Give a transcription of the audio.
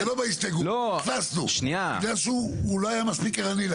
זה לא בהסתייגות פספסנו, הוא לא היה מספיק ערני.